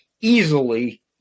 Easily